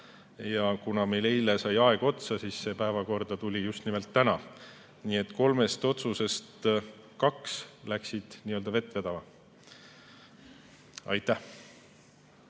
Kuna meil eile sai aeg otsa, siis see [eelnõu] tuli päevakorda täna. Nii et kolmest otsusest kaks läksid nii-öelda vett vedama. Aitäh!